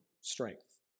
strength